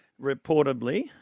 reportedly